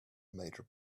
major